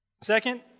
Second